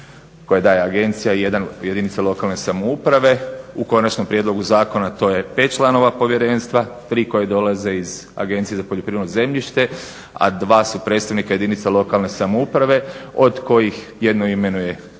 koje daje agencija i 1 jedinice lokalne samouprave. U konačnom prijedlogu zakona to je 5 članova povjerenstva, 3 koja dolaze iz Agencije za poljoprivredno zemljište, a 2 su predstavnika jedinica lokalne samouprave. Od kojih jedno imenuje izvršno